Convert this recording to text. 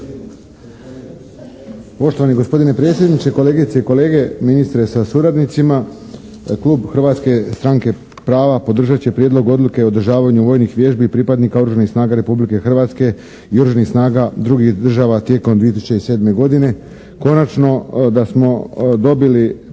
Poštovani gospodine predsjedniče, kolegice i kolege, ministre sa suradnicima Klub Hrvatske stranke prava podržat će Prijedlog odluke o održavanju vojnih vježbi i pripadnika oružanih snaga Republike Hrvatske i oružanih snaga drugih država tijekom 2007. godine.